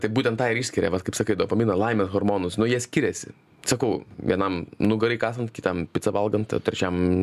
tai būtent tą išskiria vat kaip sakai dopaminą laimės hormonus nu jie skiriasi sakau vienam nugarai kasant kitam picą valgant trečiam